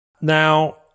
Now